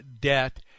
debt